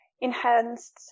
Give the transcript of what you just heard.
enhanced